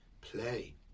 play